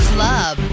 Club